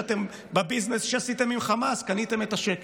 שבביזנס שעשיתם עם חמאס קניתם את השקט.